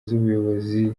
z’ubuyobozi